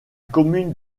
commune